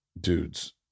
dudes